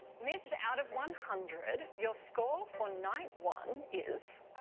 mitch, out of one hundred, your score for night one is.